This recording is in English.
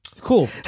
Cool